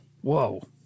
Whoa